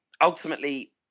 ultimately